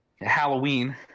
Halloween